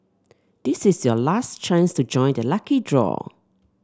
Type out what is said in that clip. this is your last chance to join the lucky draw